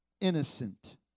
innocent